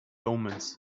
omens